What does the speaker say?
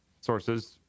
sources